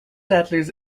settlers